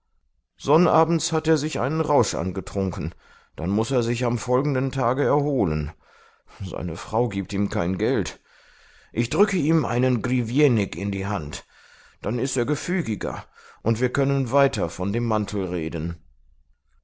sonnabends hat er sich einen rausch angetrunken dann muß er sich am folgenden tage erholen seine frau gibt ihm kein geld ich drücke ihm einen griwenik in die hand dann ist er gefügiger und wir können weiter von dem mantel reden